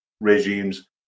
regimes